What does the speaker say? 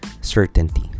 certainty